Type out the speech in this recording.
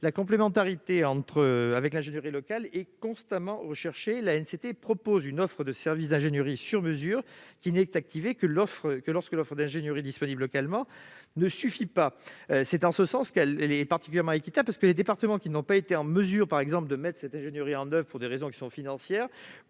la complémentarité avec l'ingénierie locale est constamment recherchée : l'ANCT propose une offre de services d'ingénierie sur mesure, qui n'est activée que lorsque l'offre d'ingénierie disponible localement ne suffit pas. Elle est, en ce sens, particulièrement équitable : les départements qui n'ont pas été en mesure de mettre cette ingénierie en oeuvre pour des raisons par exemple financières